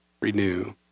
renew